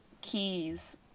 keys